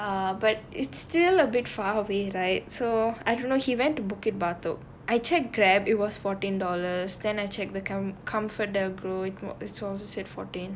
no lah but it's still a bit far away right so I don't know he went to bukit batok I check Grab it was fourteen dollars then I check the ComfortDelGro said fourteen